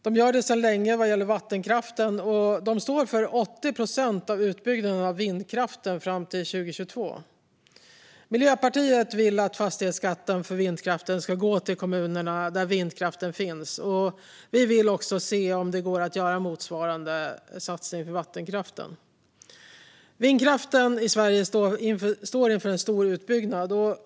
De gör det sedan länge vad gäller vattenkraften, och de står för 80 procent av utbyggnaden av vindkraften fram till 2022. Miljöpartiet vill att fastighetsskatten för vindkraften ska gå till de kommuner där vindkraften finns. Vi vill också se om det går att göra motsvarande satsning för vattenkraften. Vindkraften i Sverige står inför en stor utbyggnad.